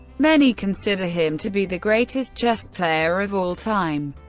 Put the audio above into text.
many consider him to be the greatest chess player of all time.